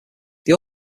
they